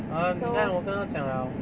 !huh! then 我刚刚讲 liao